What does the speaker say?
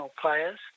players